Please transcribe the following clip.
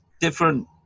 different